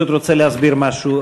אני פשוט רוצה להסביר משהו.